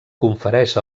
confereix